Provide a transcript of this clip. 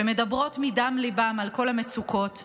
שמדברות מדם ליבן על כל המצוקות,